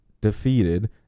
defeated